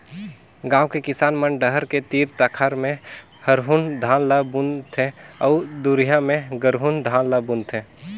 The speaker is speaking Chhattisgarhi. गांव के किसान मन डहर के तीर तखार में हरहून धान ल बुन थें अउ दूरिहा में गरहून धान ल बून थे